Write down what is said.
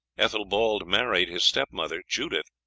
ethelbald married his stepmother judith,